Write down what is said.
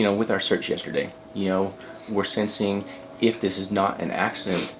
you know with our search yesterday, you know we're sensing if this is not an accident,